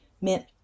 meant